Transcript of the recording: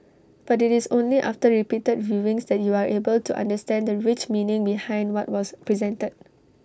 but IT is only after repeated viewings that you are able to understand the rich meaning behind what was presented